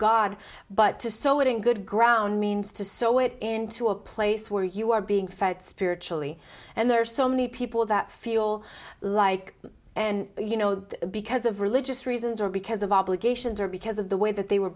god but to sew it in good ground means to sew it into a place where you are being fed spiritually and there are so many people that feel like you know because of religious reasons or because of obligations or because of the way that they were